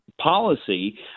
policy